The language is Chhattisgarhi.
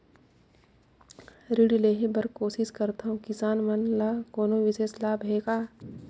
ऋण लेहे बर कोशिश करथवं, किसान मन ल कोनो विशेष लाभ हे का?